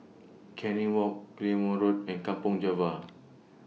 Canning Walk Claymore Road and Kampong Java